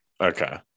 Okay